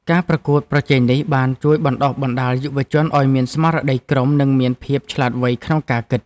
ការប្រកួតប្រជែងនេះបានជួយបណ្តុះបណ្តាលយុវជនឱ្យមានស្មារតីក្រុម និងមានភាពឆ្លាតវៃក្នុងការគិត។